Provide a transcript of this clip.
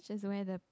just where the